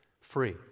free